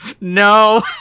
No